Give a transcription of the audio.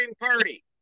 party